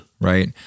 right